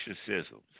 exorcisms